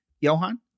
Johan